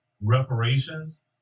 reparations